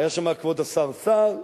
היה שם כבוד השר סער,